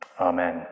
Amen